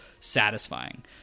satisfying